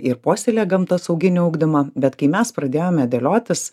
ir puoselėja gamtosauginį ugdymą bet kai mes pradėjome dėliotis